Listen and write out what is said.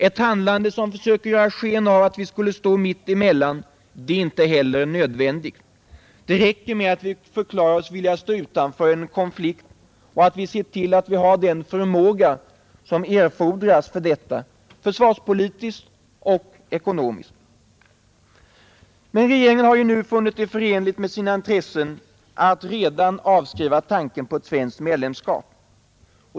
Ett handlande som försökte göra sken av att vi skulle stå mitt emellan är heller inte nödvändigt. Det räcker med att vi förklarar oss villiga att stå utanför en konflikt och att vi ser till att vi har den förmåga som erfordras för detta, försvarspolitiskt och ekonomiskt. Men regeringen har funnit det förenligt med sina intressen att redan nu avskriva tanken på ett svenskt medlemskap.